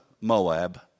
Moab